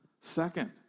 Second